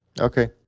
Okay